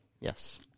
Yes